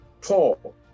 Paul